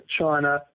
China